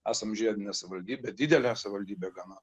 esam žiedinė savaldybė didelė savaldybė gana